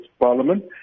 Parliament